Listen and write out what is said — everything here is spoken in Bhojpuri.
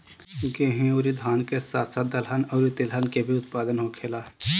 गेहूं अउरी धान के साथ साथ दहलन अउरी तिलहन के भी उत्पादन होखेला